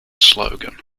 slogan